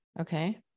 Okay